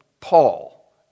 Paul